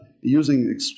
using